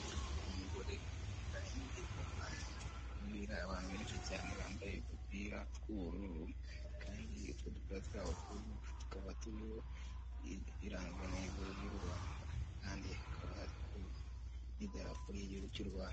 Abantu benshi cyane bambaye udupira tw'ubururu, kandi utwo dupira twabo tukaba turiho ibirangamitego by'u Rwanda kandi hakaba hariho n'indarapo ry'igihugu cy'u Rwanda.